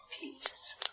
peace